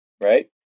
right